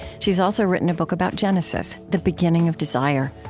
she's also written a book about genesis, the beginning of desire.